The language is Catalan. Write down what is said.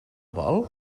vol